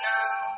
Now